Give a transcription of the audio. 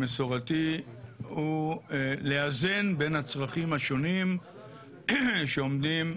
מסורתי הוא לאזן בין הצרכים השונים שעומדים